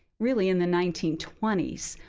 really in the nineteen twenty s,